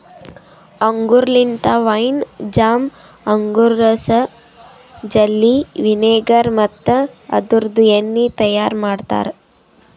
ಅಂಗೂರ್ ಲಿಂತ wine, jam, ಅಂಗೂರದ ರಸ, ಜೆಲ್ಲಿ, ವಿನೆಗರ್ ಮತ್ತ ಅದುರ್ದು ಎಣ್ಣಿ ತೈಯಾರ್ ಮಾಡ್ತಾರ